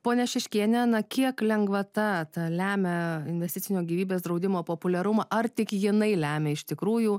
ponia šeškiene ana kiek lengvata lemia investicinio gyvybės draudimo populiarumą ar tik jinai lemia iš tikrųjų